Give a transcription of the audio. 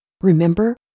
Remember